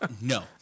no